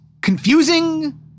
confusing